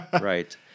Right